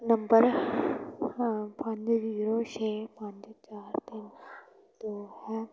number ਪੰਜ zero ਛੇ ਪੰਜ ਚਾਰ ਤਿੰਨ ਦੋ ਹੈ